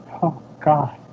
oh god!